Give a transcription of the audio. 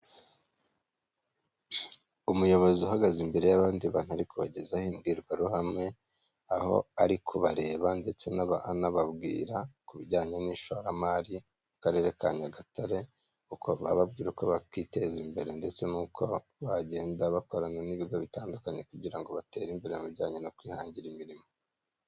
Umuyobozi uhagaze imbere y'abandi bantu ari kubagezaho imbwirwaruhame, aho ari kubareba ndetse anababwira ku bijyanye n'ishoramari mu karere ka Nyagatare, ababwira uko bakwiteza imbere ndetse n'uko bagenda bakorana n'ibigo bitandukanye kugirango batere imbere mu bijyanye no kwihangira imirimo.